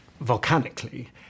volcanically